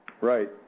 Right